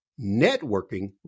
networking